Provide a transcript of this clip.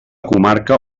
comarca